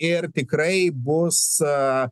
ir tikrai bus